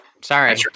Sorry